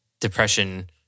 depression